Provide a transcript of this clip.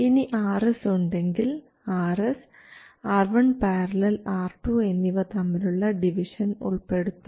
ഇനി Rs ഉണ്ടെങ്കിൽ Rs R1 ║R2 എന്നിവ തമ്മിലുള്ള ഡിവിഷൻ ഉൾപ്പെടുത്തണം